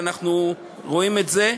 ואנחנו רואים את זה,